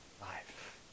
life